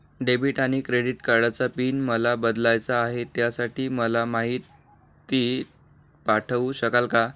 Debit आणि credit कार्डचा PIN मला बदलायचा आहे, त्यासाठी मला माहिती पाठवू शकाल का?